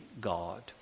God